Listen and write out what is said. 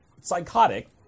psychotic